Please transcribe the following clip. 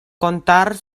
contar